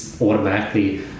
automatically